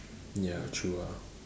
ya true ah